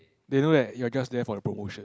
they know that you are just there for the promotion